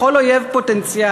בכל אויב פוטנציאלי.